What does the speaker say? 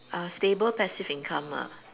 uh unstable passive income ah